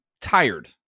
tired